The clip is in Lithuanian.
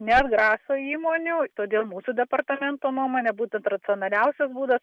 neatgraso įmonių todėl mūsų departamento nuomone būtent racionaliausias būdas